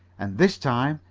and this time,